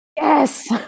Yes